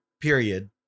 period